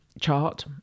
chart